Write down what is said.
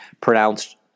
pronounced